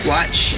Watch